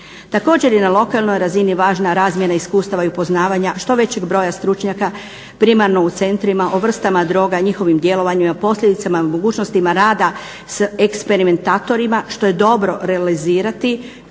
Također, je na lokalnoj razini važna razmjena iskustava i upoznavanja što većeg broja stručnjaka primarno u centrima, o vrstama droga, njihovim djelovanjima, posljedicama, mogućnostima rada s eksperimentatorima što je dobro realizirati